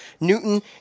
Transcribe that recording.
Newton